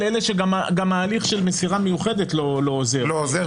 אלה שגם ההליך של מסירה מיוחדת לא עוזר,